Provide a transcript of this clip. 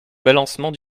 balancement